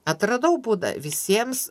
atradau būdą visiems